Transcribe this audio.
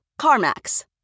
CarMax